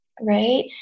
Right